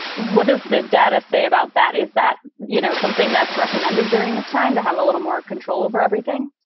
what does the data say about that is that, you know, something that's recommended during this time to have a little more control over everything?